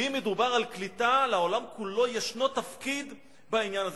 ואם מדובר על קליטה, לעולם יש תפקיד בעניין הזה.